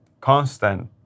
constant